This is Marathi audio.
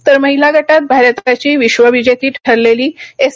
तर महीला गटात भारताची विश्वविजेती ठरलेली एस